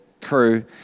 crew